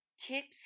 tips